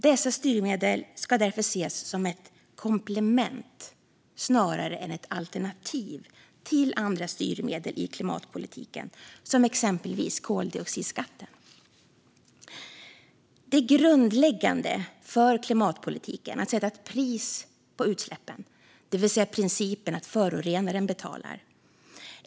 Dessa styrmedel ska därför ses som ett komplement snarare än ett alternativ till andra styrmedel i klimatpolitiken, som exempelvis koldioxidskatten. Det är grundläggande för klimatpolitiken att sätta ett pris på utsläppen, det vill säga principen att förorenaren betalar.